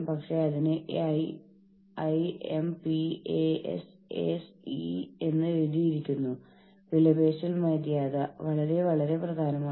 പക്ഷേ ഇത് ഒരു യൂണിയൻ സ്വീകാര്യത തന്ത്രത്തിന്റെ ഒരു ഉദാഹരണമാണ്